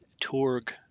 Torg